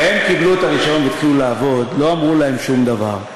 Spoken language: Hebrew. כשהם קיבלו את הרישיון והתחילו לעבוד לא אמרו להם שום דבר.